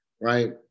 right